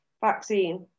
vaccine